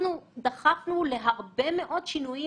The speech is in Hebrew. אנחנו דחפנו להרבה מאוד שינויים